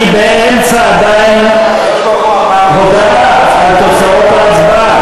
אני עדיין באמצע ההודעה על תוצאות ההצבעה.